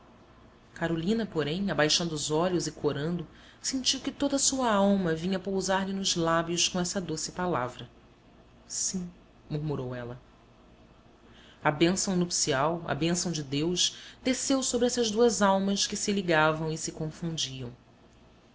carolina porém abaixando os olhos e corando sentiu que toda a sua alma vinha pousar-lhe nos lábios com essa doce palavra sim murmurou ela a bênção nupcial a bênção de deus desceu sobre essas duas almas que se ligavam e se confundiam